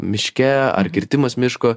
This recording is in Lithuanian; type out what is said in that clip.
miške ar kirtimas miško